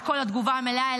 את כל התגובה המלאה,